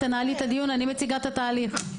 אני מציגה את התהליך.